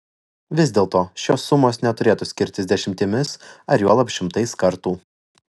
vis dėlto šios sumos neturėtų skirtis dešimtimis ar juolab šimtais kartų